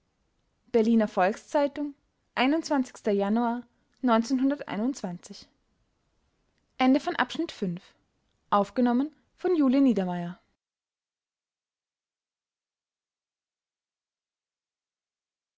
berliner volks-zeitung januar